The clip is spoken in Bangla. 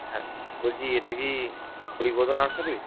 হ্যাঁ বলছি এটা কি হরিপদ নার্সারি